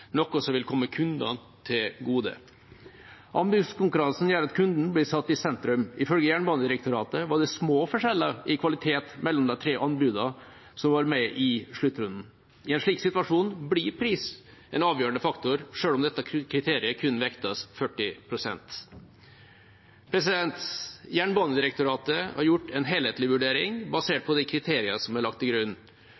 noe som vil komme kundene til gode. Anbudskonkurransen gjør at kunden blir satt i sentrum. Ifølge Jernbanedirektoratet var det små forskjeller i kvalitet mellom de tre anbudene som var med i sluttrunden. I en slik situasjon blir pris en avgjørende faktor, selv om dette kriteriet kun vektes med 40 pst. Jernbanedirektoratet har gjort en helhetlig vurdering basert